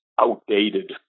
outdated